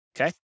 Okay